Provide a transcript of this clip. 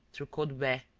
through caudebec,